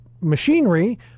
machinery